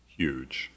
huge